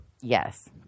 Yes